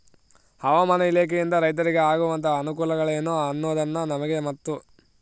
ಹವಾಮಾನ ಇಲಾಖೆಯಿಂದ ರೈತರಿಗೆ ಆಗುವಂತಹ ಅನುಕೂಲಗಳೇನು ಅನ್ನೋದನ್ನ ನಮಗೆ ಮತ್ತು?